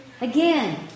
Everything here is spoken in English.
Again